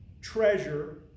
treasure